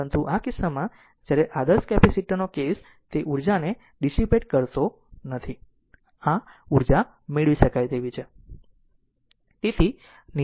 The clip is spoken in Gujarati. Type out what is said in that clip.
પરંતુ આ કિસ્સામાં જ્યારે આદર્શ કેપેસિટર નો કેસ તે ઉર્જાને ડીસીપેટ કરતો નથી આ ઉર્જા મેળવી શકાય છે